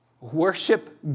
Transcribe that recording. Worship